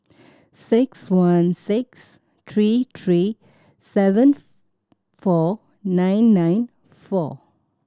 six one six three three seven four nine nine four